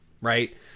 right